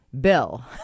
Bill